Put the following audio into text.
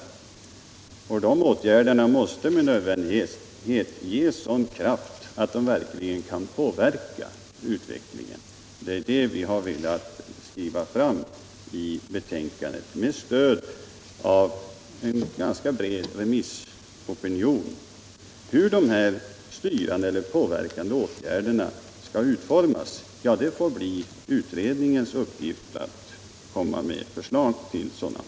De åtgärderna måste med nödvändighet ges sådan kraft att de verkligen kan påverka utvecklingen. Det är det som vi, med stöd av en ganska bred remissopinion, har velat få fram vid skrivningen av betänkandet. Hur de här styrande eller påverkande åtgärderna skall utformas får utredningen framlägga förslag om.